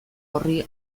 horri